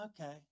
okay